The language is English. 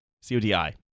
C-O-D-I